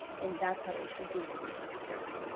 and that's how they're engaging with your brand.